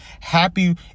happy